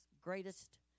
greatest